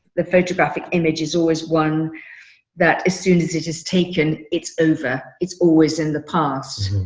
the photographic image is always one that as soon as it is taken, it's over. it's always in the past.